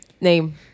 Name